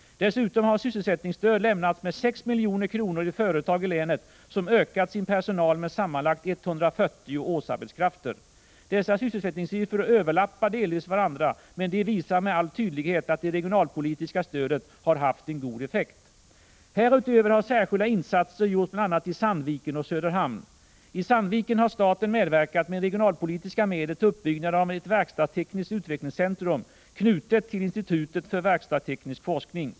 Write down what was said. Dessutom har sysselsättningsstöd lämnats med 6 milj.kr. till företag i länet som ökat sin personal med sammanlagt 140 årsarbetskrafter. Dessa sysselsättningssiffror överlappar delvis varandra, men de visar med all tydlighet att det regionalpolitiska stödet har haft en god effekt. Härutöver har särskilda insatser gjorts bl.a. i Sandviken och Söderhamn. I Sandviken har staten med regionalpolitiska medel medverkat till uppbyggnaden av ett verkstadstekniskt utvecklingscentrum knutet till institutet för verkstadsteknisk forskning.